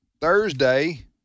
thursday